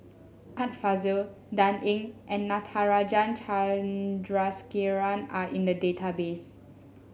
Art Fazil Dan Ying and Natarajan Chandrasekaran are in the database